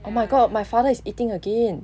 oh my god my father is eating again